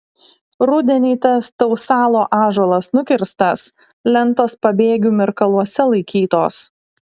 rudenį tas tausalo ąžuolas nukirstas lentos pabėgių mirkaluose laikytos